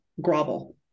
grovel